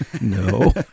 No